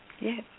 Yes